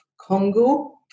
Congo